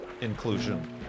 inclusion